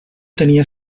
tenia